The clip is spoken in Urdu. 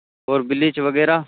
اور بلیچ وغیرہ